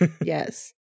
Yes